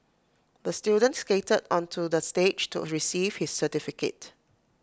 the student skated onto the stage to receive his certificate